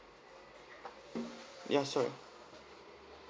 ya sure